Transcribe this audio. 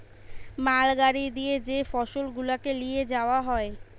মাল গাড়ি দিয়ে যে ফসল গুলাকে লিয়ে যাওয়া হয়